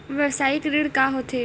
व्यवसायिक ऋण का होथे?